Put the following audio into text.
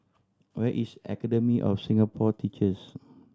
where is Academy of Singapore Teachers